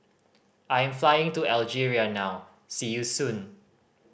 I am flying to Algeria now see you soon